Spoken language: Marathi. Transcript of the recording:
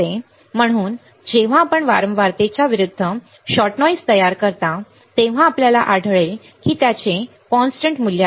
म्हणून जेव्हा आपण वारंवारतेच्या विरूद्ध शॉट नॉइज तयार करता तेव्हा आपल्याला आढळेल की त्याचे स्थिर मूल्य आहे